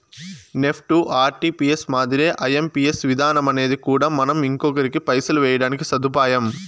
NEFT, RTGS మాదిరే IMPS విధానమనేది కూడా మనం ఇంకొకరికి పైసలు వేయడానికి సదుపాయం